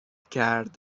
کرد